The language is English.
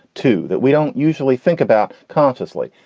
too, that we don't usually think about consciously.